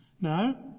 No